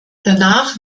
danach